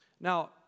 Now